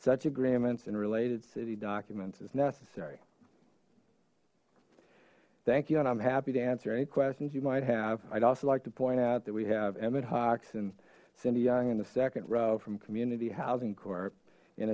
such agreements and related city documents is necessary thank you and i'm happy to answer any questions you might have i'd also like to point out that we have emmitt hawkes and cindy yang in the second row from community housing corp in